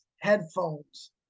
headphones